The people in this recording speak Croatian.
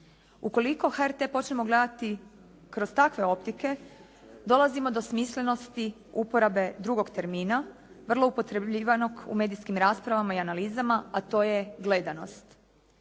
Ukoliko HRT počnemo gledati kroz takve optike dolazimo do smislenosti uporabe drugog termina, vrlo upotrebljivanog u medijskim raspravama i analizama a to je gledanost.